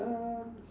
um